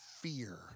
fear